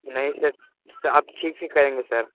नहीं सर अब ठीक से करेंगे सर